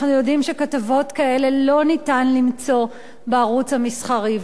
אנחנו יודעים שכתבות כאלה אי-אפשר למצוא בערוץ המסחרי,